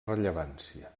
rellevància